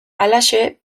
halaxe